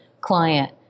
client